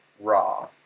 raw